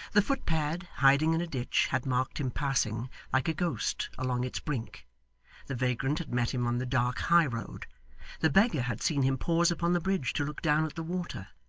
the footpad hiding in a ditch had marked him passing like a ghost along its brink the vagrant had met him on the dark high-road the beggar had seen him pause upon the bridge to look down at the water,